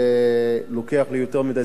שלוקח לי יותר מדי זמן,